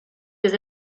des